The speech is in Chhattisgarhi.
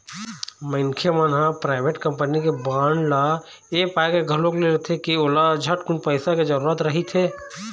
मनखे मन ह पराइवेट कंपनी के बांड ल ऐ पाय के घलोक ले लेथे के ओला झटकुन पइसा के जरूरत रहिथे